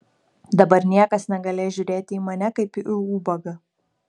dabar niekas negalės žiūrėti į mane kaip į ubagą